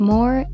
More